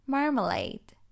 Marmalade